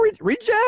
reject